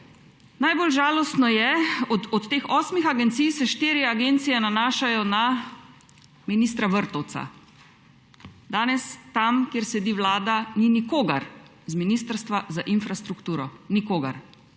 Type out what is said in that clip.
Najbolj žalostno je, od teh osmih agencij se štiri agencije nanašajo na ministra Vrtovca. Danes tam, kjer sedi Vlada, ni nikogar iz Ministrstva za infrastrukturo. Nikogar.